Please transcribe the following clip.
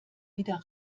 wieder